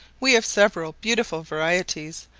we have several beautiful varieties,